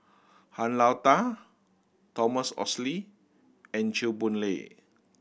Han Lao Da Thomas Oxley and Chew Boon Lay